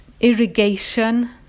irrigation